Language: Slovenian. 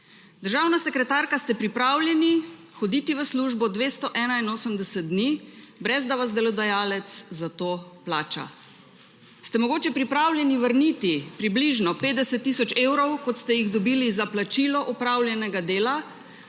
Državna sekretarka, ste pripravljeni hoditi v službo 281. dni brez da vas delodajalec za to plača? Ste mogoče pripravljeni vrniti približno 50 tisoč evrov kot ste jih dobili za plačilo opravljenega dela